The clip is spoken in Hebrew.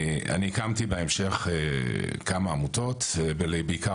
אני הקמתי בהמשך כמה עמותות בעיקר